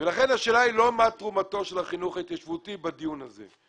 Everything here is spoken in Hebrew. לכן השאלה היא לא מה תרומתו של החינוך ההתיישבותי בדיון הזה.